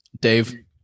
Dave